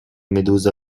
medusa